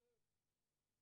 תראו,